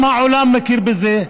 העולם מכיר בזה,